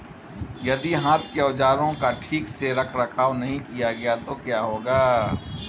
यदि हाथ के औजारों का ठीक से रखरखाव नहीं किया गया तो क्या होगा?